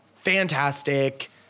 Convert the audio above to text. Fantastic